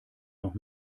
noch